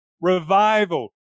revival